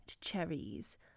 cherries